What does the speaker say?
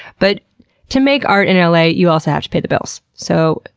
but to make art in l a, you also have to pay the bills. so,